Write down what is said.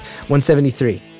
173